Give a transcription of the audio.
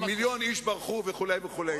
מיליון איש ברחו, וכו' וכו'